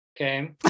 okay